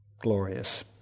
glorious